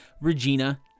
Regina